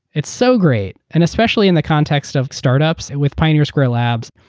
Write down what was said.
it's so great. and especially in the context of startups and with pioneer square labs,